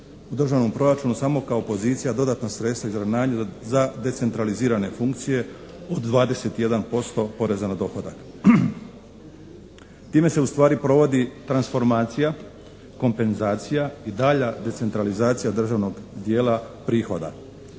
u Državnom proračunu samo kao pozicija dodatna sredstva izravnanja za decentralizirane funkcije od 21% poreza na dohodak. Time se ustvari provodi transformacija, kompenzacija i dalja decentralizacija državnog dijela prihoda.